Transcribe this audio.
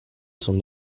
son